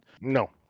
No